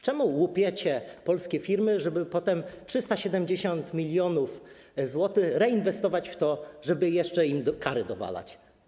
Czemu łupicie polskie firmy, żeby potem 370 mln zł reinwestować w to, żeby jeszcze im kary dowalać?